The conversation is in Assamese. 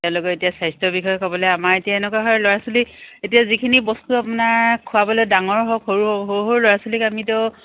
তেওঁলোকে এতিয়া স্বাস্থ্য বিষয়ে ক'বলৈ আমাৰ এতিয়া এনেকুৱা হয় ল'ৰা ছোৱালীক এতিয়া যিখিনি বস্তু আপোনাৰ খোৱাবলৈ ডাঙৰ হওক সৰু সৰু সৰু ল'ৰা ছোৱালীক আমিতো